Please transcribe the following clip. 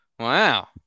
Wow